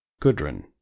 Gudrun